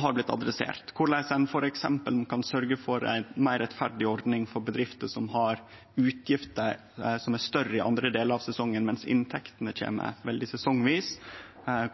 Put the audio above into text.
har blitt adressert, f.eks. korleis ein kan sørgje for ei meir rettferdig ordning for bedrifter som har større utgifter i nokre delar av sesongen, mens inntektene kjem veldig sesongvis,